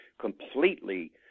completely